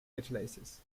catalysis